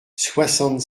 soixante